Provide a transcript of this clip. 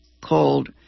called